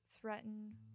threaten